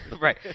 right